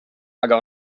aga